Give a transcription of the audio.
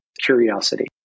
curiosity